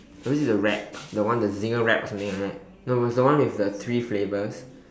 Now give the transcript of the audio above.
so this is a wrap the one the Zinger wrap or something like that no it was the one with the three flavors